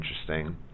interesting